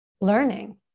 Learning